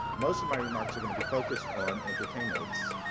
most of my remarks are going to be focused on entertainment. it's